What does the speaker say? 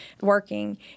working